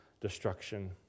destruction